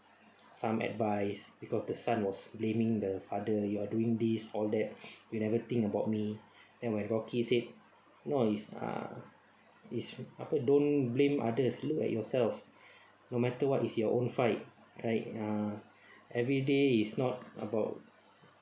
some advice because the son was blaming the father you are doing this all that you never think about me then when rocky said no is ah is papa don't blame others look at yourself no matter what is your own fight right ah everyday is not about